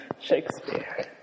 Shakespeare